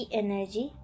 energy